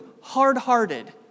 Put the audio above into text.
hard-hearted